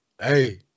hey